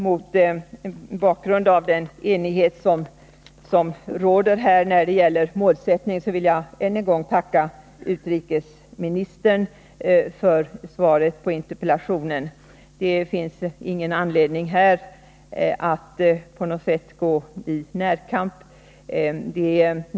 Mot bakgrunden av den enighet som råder här när det gäller målsättningen vill jag än en gång tacka utrikesministern för svaret på interpellationen. Det finns ingen anledning för mig att här gå in i närkamp.